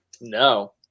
no